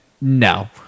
no